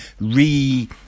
re